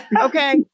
Okay